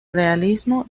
realismo